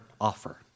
offer